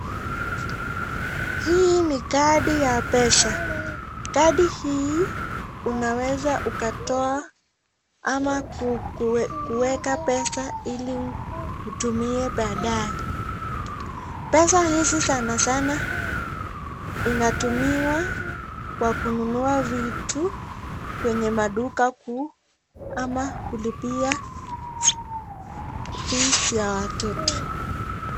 Hii ni kadi ya pesa, kadi hii unaweza ukatoa ama kuweka pesa ili utumie baadae. Pesa hizi sanasana inatumiwa Kwa kununua vitu kwenye maduka kuu ama kulipia [cs ] fees ya watoto.